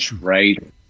right